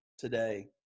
Today